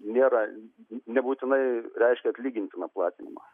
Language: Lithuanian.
nėra nebūtinai reiškia atlygintiną platinimą